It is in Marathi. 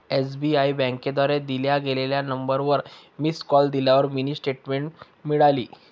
एस.बी.आई बँकेद्वारे दिल्या गेलेल्या नंबरवर मिस कॉल दिल्यावर मिनी स्टेटमेंट मिळाली